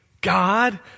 God